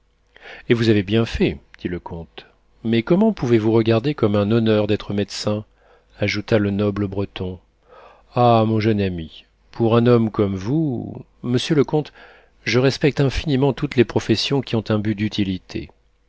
et vous avez bien fait dit le comte mais comment pouvez-vous regarder comme un honneur d'être médecin ajouta le noble breton ah mon jeune ami pour un homme comme vous monsieur le comte je respecte infiniment toutes les professions qui ont un but d'utilité